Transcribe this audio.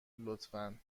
لطفا